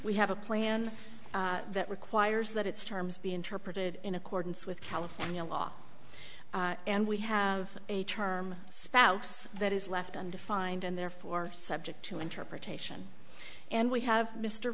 we have a plan that requires that its terms be interpreted in accordance with california law and we have a term spouse that is left undefined and therefore subject to interpretation and we have m